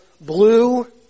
blue